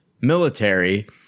military